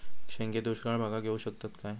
शेंगे दुष्काळ भागाक येऊ शकतत काय?